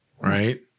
Right